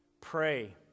pray